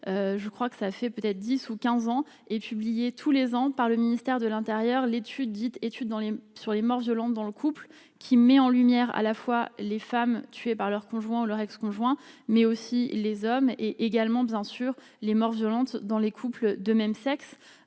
je crois que ça fait peut-être 10 ou 15 ans et publié tous les ans par le ministère de l'Intérieur, l'étude dites études sur les morts violentes dans le couple, qui met en lumière à la fois les femmes tuées par leur conjoint ou leur ex-conjoint mais aussi les hommes est également bien sûr les morts violentes dans les couples de même sexe